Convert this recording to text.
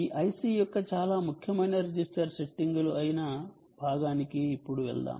ఈ IC యొక్క చాలా ముఖ్యమైన రిజిస్టర్ సెట్టింగులు అయిన భాగానికి ఇప్పుడు వెళ్దాం